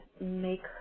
make